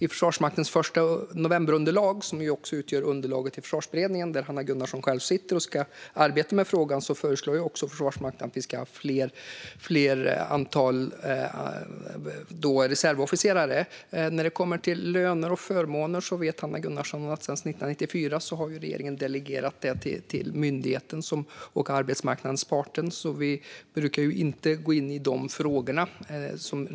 I Försvarsmaktens underlag från den 1 november, som också är underlaget till Försvarsberedningen där Hanna Gunnarsson själv sitter och ska arbeta med frågan, föreslår också Försvarsmakten att vi ska ha ett större antal reservofficerare. När det kommer till löner och förmåner vet Hanna Gunnarsson att detta sedan 1994 är delegerat från regeringen till myndigheten och arbetsmarknadens parter. Vi brukar alltså inte gå in i de frågorna.